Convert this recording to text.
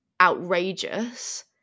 outrageous